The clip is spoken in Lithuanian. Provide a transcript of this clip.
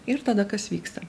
ir tada kas vyksta